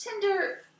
Tinder